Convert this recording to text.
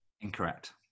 Incorrect